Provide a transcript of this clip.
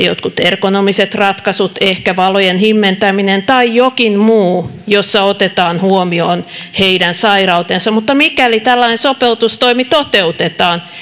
jotkut ergonomiset ratkaisut ehkä valojen himmentäminen tai jokin muu jossa otetaan huomioon heidän sairautensa mutta mikäli tällainen sopeutustoimi toteutetaan